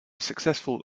successful